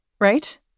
Right